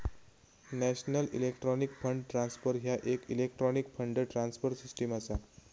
national electronic fund transfer ह्या येक electronic fund transfer system असा